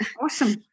Awesome